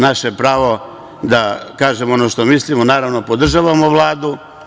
Naše je pravo da kažemo ono što mislimo, a naravno podržavamo Vladu.